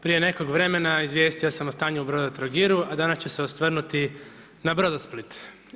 Prije nekog vremena izvijestio sam o stanju u Brodotrogiru a danas ću se osvrnuti na Brodosplit.